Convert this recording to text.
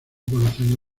conociendo